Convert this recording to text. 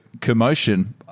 commotion